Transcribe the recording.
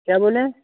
क्या बोलें